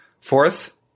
Fourth